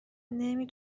نمی